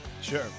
Sure